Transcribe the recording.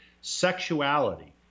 sexuality